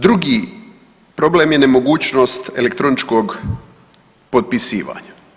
Drugi problem je nemogućnost elektroničkog potpisivanja.